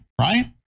Right